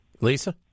Lisa